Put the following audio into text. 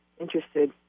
interested